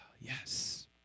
yes